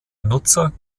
nutzer